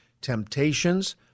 temptations